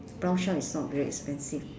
brown shell is not very expensive